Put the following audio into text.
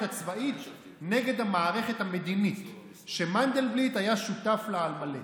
הצבאית נגד המערכת המדינית שמנדלבליט היה שותף לה על מלא.